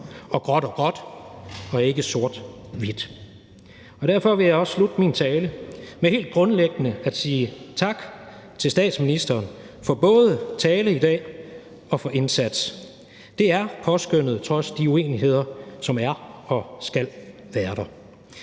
og gråt og gråt, og ikke sort-hvidt. Derfor vil jeg også slutte min tale med helt grundlæggende at sige tak til statsministeren for både talen i dag og for indsatsen. Det er påskønnet trods de uenigheder, som der er, og som skal være der.